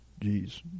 Jesus